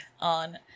on